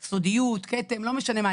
סודיות, כתם, לא משנה מה.